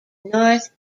north